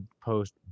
post